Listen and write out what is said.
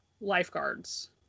lifeguards